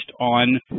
on